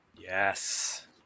Yes